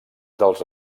dels